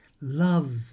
love